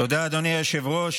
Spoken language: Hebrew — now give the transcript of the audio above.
תודה, אדוני היושב-ראש.